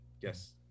Yes